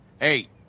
Eight